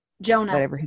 Jonah